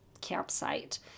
campsite